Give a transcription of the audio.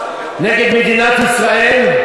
נגד מדינת ישראל.